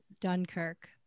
dunkirk